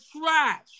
trash